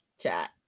chat